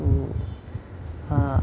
to uh